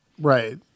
right